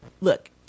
look